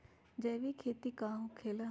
जैविक खेती का होखे ला?